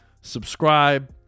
subscribe